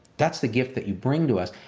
that's the gift that you bring to us.